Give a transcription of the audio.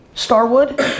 Starwood